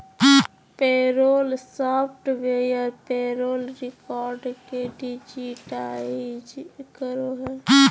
payroll software payroll record के digitise करो हइ